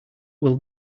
will